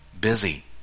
busy